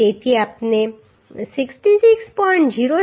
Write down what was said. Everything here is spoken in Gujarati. તેથી આપણે 66